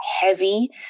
heavy